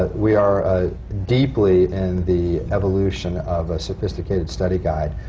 but we are ah deeply and the evolution of a sophisticated study guide